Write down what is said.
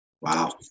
Wow